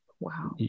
Wow